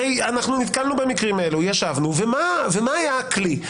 הרי נתקלנו במקרים האלה, ומה היה הכלי?